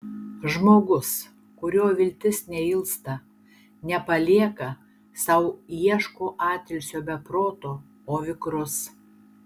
žmogus kurio viltis neilsta nepalieka sau ieško atilsio be proto o vikrus